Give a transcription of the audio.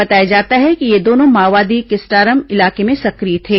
बताया जाता है कि ये दोनों माओवादी किस्टारम इलाके में सक्रिय थे